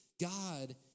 God